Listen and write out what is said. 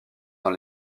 dans